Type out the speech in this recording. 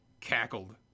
cackled